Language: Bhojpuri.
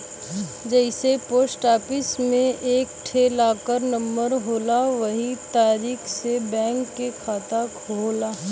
जइसे पोस्ट आफिस मे एक ठे लाकर नम्बर होला वही तरीके से बैंक के खाता होला